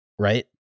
right